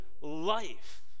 life